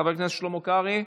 חבר הכנסת שלמה קרעי,